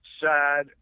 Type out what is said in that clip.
sad